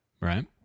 Right